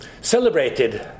celebrated